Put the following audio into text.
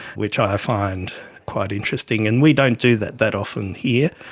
which i find quite interesting. and we don't do that that often here.